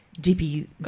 Dippy